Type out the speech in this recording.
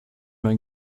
mein